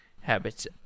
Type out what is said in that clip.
habits